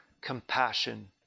compassion